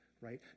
right